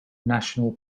national